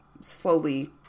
slowly